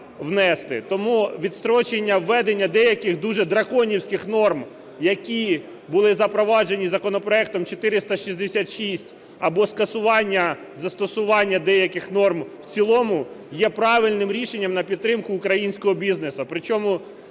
Тому відстрочення введення деяких дуже "драконівських" норм, які були запроваджені законопроектом 466, або скасування застосування деяких норм в цілому, є правильним рішенням на підтримку українського бізнесу.